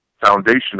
foundation